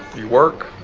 you work?